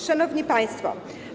Szanowni Państwo!